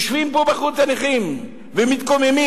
יושבים פה, בחוץ, הנכים, ומתקוממים.